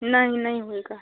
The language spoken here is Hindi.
नहीं नहीं होगा